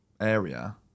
area